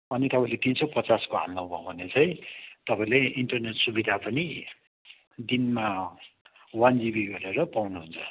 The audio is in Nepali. अनि तपाईँले तिन सय पचासको हाल्नुभयो भने चाहिँ तपाईँले इन्टरनेट सुविधा पनि दिनमा वान जिबी गरेर पाउनुहुन्छ